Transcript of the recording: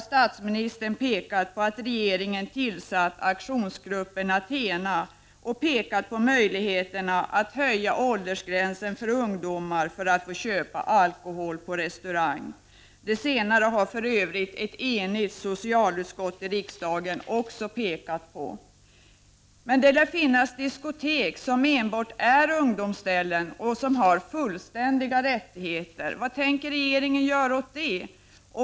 Statsministern har pekat på att regeringen har tillsatt aktionsgruppen ATHENA och pekar på möjligheterna att höja åldersgränsen för att få köpa alkohol på restaurang. Det senare har för Övrigt ett enigt socialutskott i riksdagen också pekat på. Men det lär finnas diskotek som enbart är ungdomsställen och som har fullständiga rättigheter. Vad tänker regeringen göra åt det?